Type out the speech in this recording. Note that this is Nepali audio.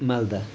मालदा